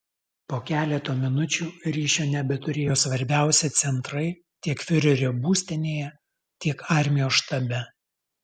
po keleto minučių ryšio nebeturėjo svarbiausi centrai tiek fiurerio būstinėje tiek armijos štabe